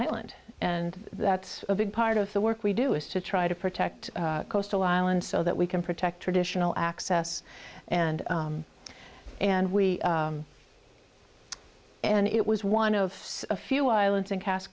island and that's a big part of the work we do is to try to protect coastal island so that we can protect traditional access and and we and it was one of a few islands in cas